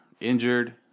injured